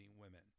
women